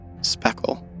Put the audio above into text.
speckle